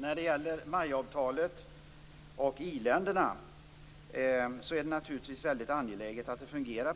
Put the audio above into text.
När det gäller MAI-avtalet och i-länderna är det naturligtvis angeläget att det fungerar